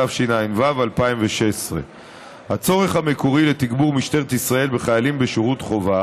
התשע"ו 2016. הצורך המקורי לתגבור משטרת ישראל בחיילים בשירות חובה,